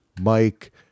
Mike